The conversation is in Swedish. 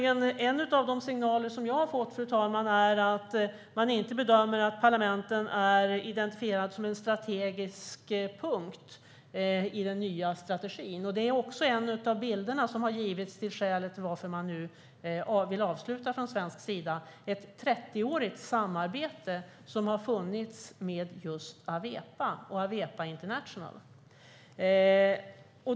En av de signaler som jag har fått, fru talman, är att parlamenten inte är identifierade som en strategisk punkt i den nya strategin. Det är också en av bilderna som har givits till skälet till att man från svensk sida vill avsluta ett 30-årigt samarbete med Awepa och Awepa International.